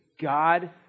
God